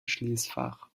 schließfach